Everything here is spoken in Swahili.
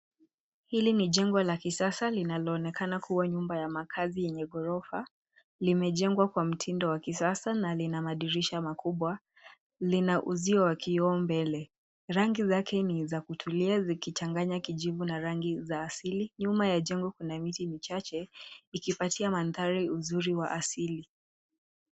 Hili ni jengo la kisasa linaloonekana kuwa nyumba ya makazi yenye gorofa. Limejengwa kwa mtindo wa kisasa na lina madirisha makubwa, lina uzio wa kioo mbele. Rangi zake ni za kutulia zikichanganya kijivu na rangi za asili. Nyuma ya jengo kuna miti michache ikipatia mandhari uzuri wa asili.